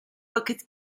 vakit